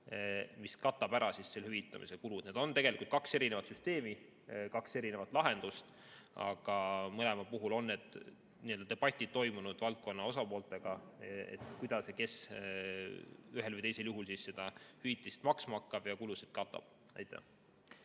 mis katab ära hüvitamise kulud. Need on tegelikult kaks erinevat süsteemi, kaks erinevat lahendust. Aga mõlema puhul on need debatid toimunud valdkonna osapooltega, kuidas ja kes ühel või teisel juhul hüvitist maksma hakkab ja kulusid katab. Aitäh!